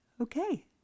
Okay